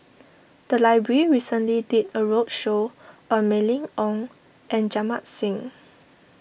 the library recently did a Roadshow on Mylene Ong and Jamit Singh